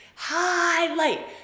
Highlight